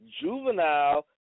Juvenile